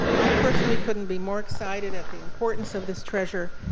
i personally couldn't be more excited at the importance of this treasure,